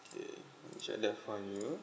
K check that for you